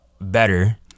better